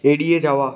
এড়িয়ে যাওয়া